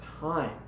time